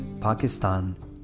Pakistan